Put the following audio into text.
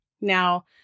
Now